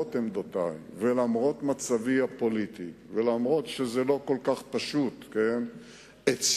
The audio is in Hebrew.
למרות עמדותי ולמרות מצבי הפוליטי ואף-על-פי שזה לא כל כך פשוט אצלי,